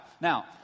Now